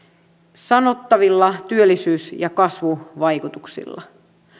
sanottavilla työllisyys ja kasvuvaikutuksilla